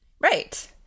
Right